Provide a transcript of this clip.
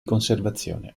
conservazione